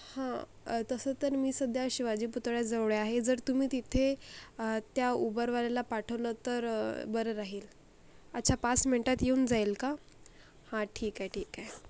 हां तसं तर मी सध्या शिवाजी पुतळ्याजवळ आहे तर तुम्ही तिथे त्या उबरवाल्याला पाठवलंत तर बरं राहील अच्छा पाच मिंटात येऊन जाईल का हां ठीक आहे ठीक आहे